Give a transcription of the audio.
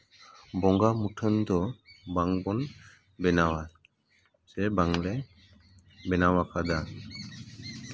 ᱵᱚᱸᱜᱟ ᱢᱩᱴᱷᱟᱹᱱ ᱫᱚ ᱵᱟᱝᱵᱚᱱ ᱵᱮᱱᱟᱣᱟ ᱥᱮ ᱵᱟᱝᱞᱮ ᱵᱮᱱᱟᱣ ᱟᱠᱟᱫᱟ